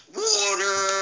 water